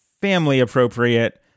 family-appropriate